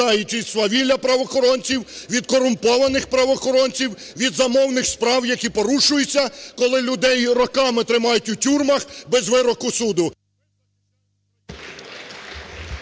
від свавілля правоохоронців, від корумпованих правоохоронців. Від замовних справ, які порушуються, коли людей роками тримають у тюрмах, без вироку суду.